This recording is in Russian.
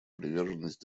приверженность